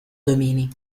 domini